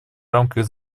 рамках